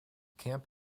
camp